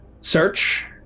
search